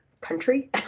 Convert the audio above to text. country